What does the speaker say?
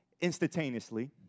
instantaneously